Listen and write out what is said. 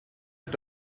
est